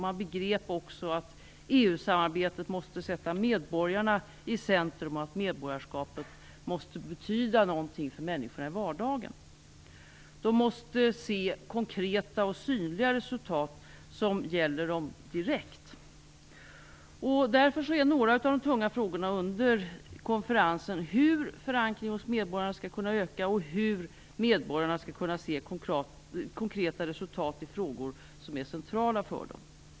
Man begrep också att EU-samarbetet måste sätta medborgarna i centrum och att medborgarskapet måste betyda någonting för människorna i vardagen. De måste se konkreta och synliga resultat som gäller dem direkt. Därför är några av de tunga frågorna under konferensen hur förankringen hos medborgarna skall kunna öka och hur medborgarna skall kunna se konkreta resultat i frågor som är centrala för dem.